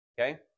okay